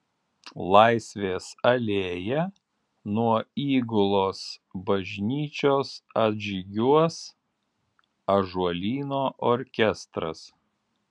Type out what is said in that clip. laisvės alėja nuo įgulos bažnyčios atžygiuos ąžuolyno orkestras